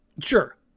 Sure